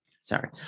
Sorry